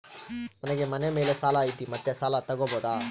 ನನಗೆ ಮನೆ ಮೇಲೆ ಸಾಲ ಐತಿ ಮತ್ತೆ ಸಾಲ ತಗಬೋದ?